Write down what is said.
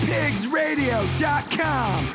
PigsRadio.com